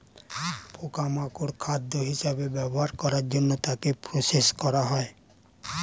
পোকা মাকড় খাদ্য হিসেবে ব্যবহার করার জন্য তাকে প্রসেস করা হয়